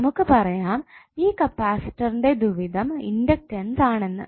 നമുക്ക് പറയാം ഈ കപ്പാസിറ്ററിന്റെ ദ്വിവിധം ഇണ്ടക്ടൻസ് ആണെന്ന്